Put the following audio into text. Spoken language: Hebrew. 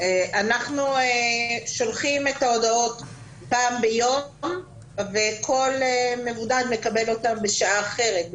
אנחנו שולחים את ההודעות פעם ביום וכל מבודד מקבל אותה בשעה אחרת,